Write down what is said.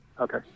Okay